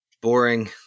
Boring